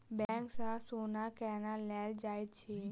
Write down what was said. bank सँ सोना केना लेल जाइत अछि